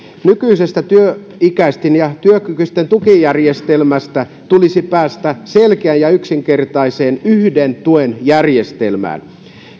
nykyisestä työikäisten ja työkykyisten tukijärjestelmästä tulisi päästä selkeään ja yksinkertaiseen yhden tuen järjestelmään